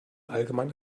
allgemein